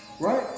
right